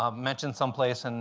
um mention some place, and